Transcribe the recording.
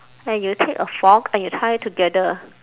and you take a fork and you tie it together